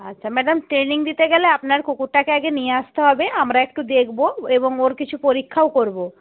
আচ্ছা madam training দিতে গেলে আপনার কুকুরটাকে আগে নিয়ে আসতে হবে আমরা একটু দেখব এবং ওর কিছু পরীক্ষাও করব